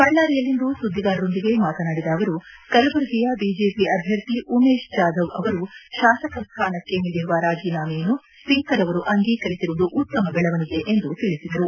ಬಳ್ಳಾರಿಯಲ್ಲಿಂದು ಸುದ್ದಿಗಾರರೊಂದಿಗೆ ಮಾತನಾಡಿದ ಅವರು ಕಲಬುರಗಿಯ ಐಜೆಪಿ ಅಭ್ಯರ್ಥಿ ಉಮೇಶ್ ಜಾಧವ್ ಅವರು ಶಾಸಕ ಸ್ಥಾನಕ್ಕೆ ನೀಡಿರುವ ರಾಜೀನಾಮೆಯನ್ನು ಸ್ವೀಕರ್ ಅವರು ಅಂಗೀಕರಿಸಿರುವುದು ಉತ್ತಮ ಬೆಳವಣಿಗೆ ಎಂದು ತಿಳಿಸಿದರು